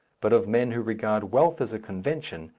but of men who regard wealth as a convention,